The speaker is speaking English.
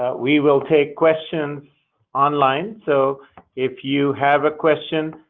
ah we will take questions online. so if you have a question,